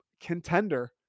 contender